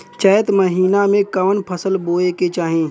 चैत महीना में कवन फशल बोए के चाही?